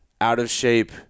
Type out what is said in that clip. out-of-shape